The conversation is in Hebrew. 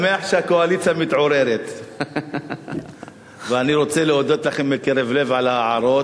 אני שמח שהקואליציה מתעוררת ואני רוצה להודות לכם מקרב לב על ההערות.